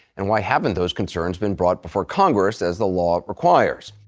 and why haven't those concerns been brought before congress as the law requires